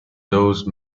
those